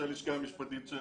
שהלשכה המשפטית של